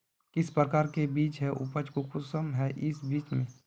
किस प्रकार के बीज है उपज कुंसम है इस बीज में?